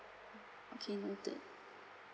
okay noted